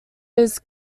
his